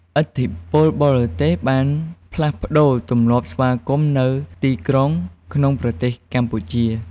ឥទ្ធិពលបរទេសបានផ្លាស់ប្តូរទម្លាប់ស្វាគមន៍នៅទីក្រុងក្នុងប្រទេសកម្ពុជា។